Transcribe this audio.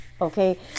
okay